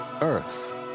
Earth